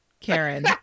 Karen